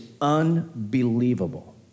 unbelievable